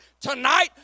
tonight